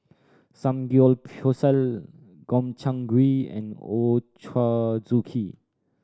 Samgyeopsal Gobchang Gui and Ochazuke